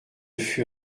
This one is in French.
fut